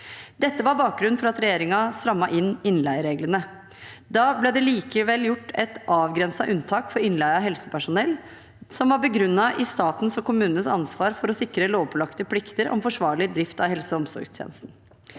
Dette var bakgrunnen for at regjeringen strammet inn innleieregle ne. Da ble det likevel gjort et avgrenset unntak for innleie av helsepersonell som var begrunnet i statens og kommunenes ansvar for å sikre lovpålagte plikter om forsvarlig drift av helse- og omsorgstjenesten.